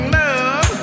love